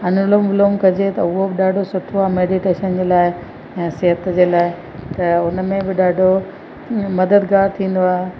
अनुलोम विलोम कजे त उहो बि ॾाढो सुठो आहे मेडीटेशन जे लाइ ऐं सिहत जे लाइ त उनमें बि ॾाढो मददगार थींदो आहे